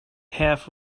half